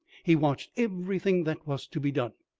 he watched everything that was to be done.